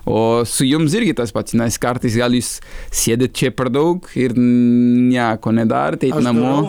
o su jums irgi tas pats tenais kartais gal jūs sėdit čia per daug ir nieko nedarot eit namo